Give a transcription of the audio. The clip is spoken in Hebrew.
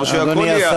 אפשר שהכול יהיה,